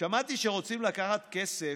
"שמעתי שרוצים לקחת כסף